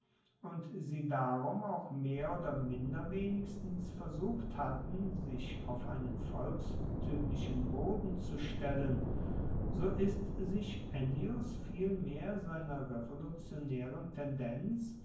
und sie darum auch mehr oder minder wenigstens versucht hatten sich auf einen volkstuemlichen boden zu stellen so ist sich ennius vielmehr seiner revolutionaeren tendenz